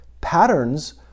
patterns